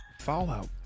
fallout